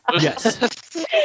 Yes